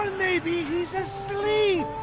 maybe he's asleep,